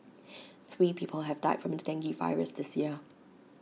three people have died from the dengue virus this year